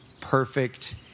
perfect